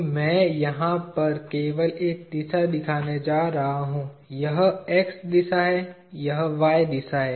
तो मैं यहाँ पर केवल एक दिशा दिखाने जा रहा हूँ यह x दिशा है यह y दिशा है